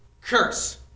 curse